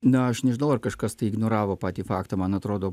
na aš nežinau ar kažkas tai ignoravo patį faktą man atrodo